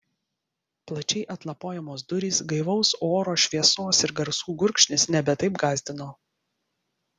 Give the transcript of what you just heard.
plačiai atlapojamos durys gaivaus oro šviesos ir garsų gurkšnis nebe taip gąsdino